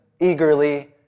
eagerly